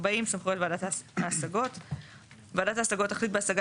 סמכויות ועדת ההשגות 40. (א)ועדת ההשגות תחליט בהשגה